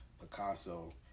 Picasso